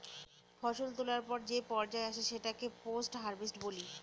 ফসল তোলার পর যে পর্যায় আসে সেটাকে পোস্ট হারভেস্ট বলি